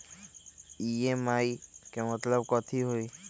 EMI के मतलब कथी होई?